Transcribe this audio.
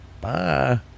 Bye